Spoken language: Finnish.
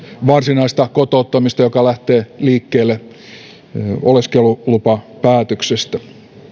varsinaista kotouttamista joka lähtee liikkeelle oleskelulupapäätöksestä